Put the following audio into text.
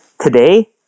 Today